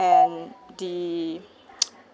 and the